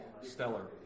stellar